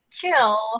kill